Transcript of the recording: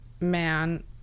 man